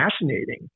fascinating